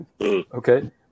Okay